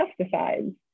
pesticides